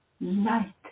light